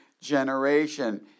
generation